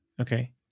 Okay